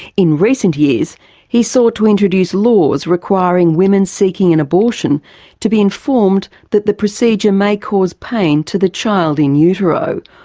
in recent years he's sought to introduce laws requiring women seeking an abortion to be informed that the procedure may cause pain to the child in utero,